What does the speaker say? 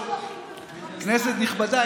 כנסת נכבדה,